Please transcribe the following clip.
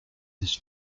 this